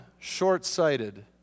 short-sighted